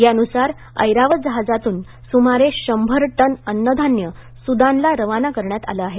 यानुसार ऐरावत जहाजातून सुमारे शंभर टन अन्नधान्य सुदानला रवाना करण्यात आलं आहे